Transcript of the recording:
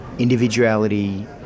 Individuality